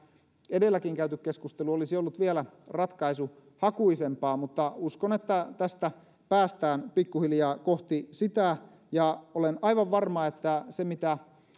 edelläkin käyty keskustelu olisi ollut vielä ratkaisuhakuisempaa mutta uskon että tästä päästään pikkuhiljaa kohti sitä ja olen aivan varma siitä mitä